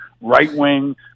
right-wing